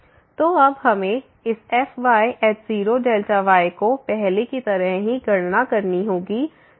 fyy00fy0Δy fy00Δy तो अब हमें इस fy0yको पहले की तरह ही गणना करनी होगी